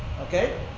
okay